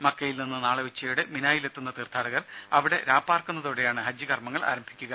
മക്കയിൽ നിന്ന് നാളെ ഉച്ചയോടെ മിനായിലെത്തുന്ന തീർഥാടകർ അവിടെ രാപാർക്കുന്നതോടെയാണ് ഹജ്ജ് കർമങ്ങൾ ആരംഭിക്കുക